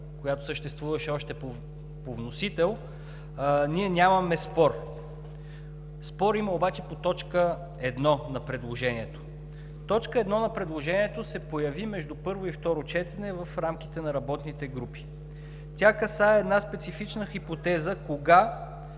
която съществуваше още по вносител, ние нямаме спор. Спорим обаче по т. 1 на предложението. Точка 1 на предложението се появи между първо и второ четене в рамките на работните групи. Тя касае една специфична хипотеза – кога